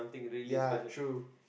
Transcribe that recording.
ya true